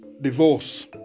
divorce